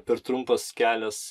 per trumpas kelias